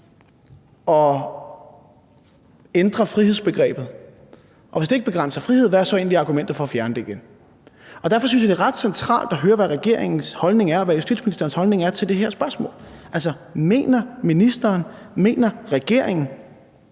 og ændrer frihedsbegrebet. Og hvis det ikke begrænser frihed, hvad er så egentlig argumentet for at fjerne det igen? Derfor synes jeg, det er ret centralt at høre, hvad regeringens holdning er, og hvad justitsministerens holdning er til det her spørgsmål. Altså, mener ministeren og mener regeringen,